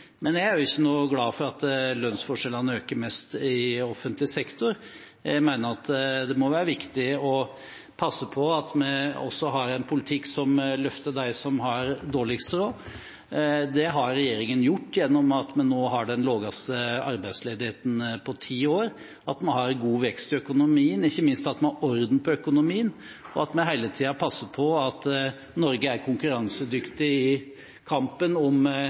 Men jeg er ikke noe glad for at lønnsforskjellene øker mest i offentlig sektor. Jeg mener det må være viktig å passe på at vi også har en politikk som løfter dem som har dårligst råd. Det har regjeringen gjort, gjennom at vi nå har den laveste arbeidsledigheten på ti år, at vi har god vekst i økonomien – og ikke minst at vi har orden på økonomien – og at vi hele tiden passer på at Norge for norsk næringslivs skyld er konkurransedyktig i kampen om